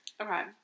Okay